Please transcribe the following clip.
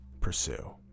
pursue